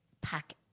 pack